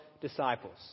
disciples